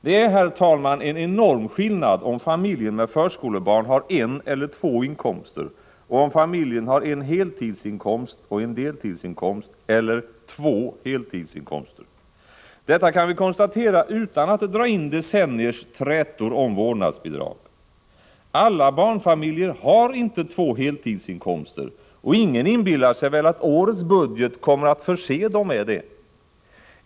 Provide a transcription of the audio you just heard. Det är, herr talman, en enorm skillnad om familjen med förskolebarn har en eller två inkomster och om familjen har en heltidsinkomst och en deltidsinkomst eller två heltidsinkomster. Detta kan vi konstatera utan att dra in decenniers trätor om vårdnadsbidrag. Alla barnfamiljer har inte två heltidsinkomster, och ingen inbillar sig väl att årets budget kommer att förse dem med det.